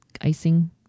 icing